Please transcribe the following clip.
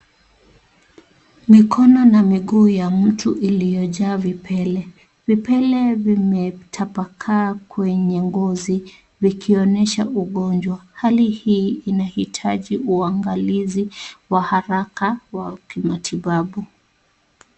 Mikono na miguu ya mtu iliyojaa vipele, vipele zimetapakaa kwenye ngozi vikionyesha ugonjwa, hali hii inahitaji uangalizi wa haraka wa ukimatibabu.